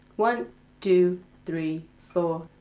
one two three four.